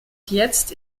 jetzt